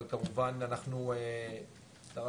אבל כמובן אנחנו נקלוט,